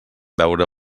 veure